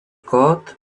kód